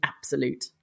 absolute